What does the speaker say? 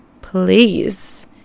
Please